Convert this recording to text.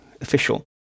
official